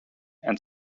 and